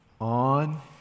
on